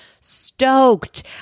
stoked